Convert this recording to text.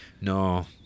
no